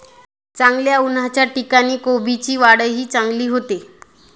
चांगल्या उन्हाच्या ठिकाणी कोबीची वाढही चांगली होते